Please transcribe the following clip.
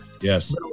Yes